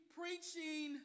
preaching